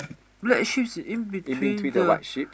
black sheep in between the